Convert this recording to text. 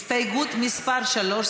הסתייגות מס' 3,